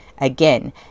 Again